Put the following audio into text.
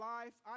life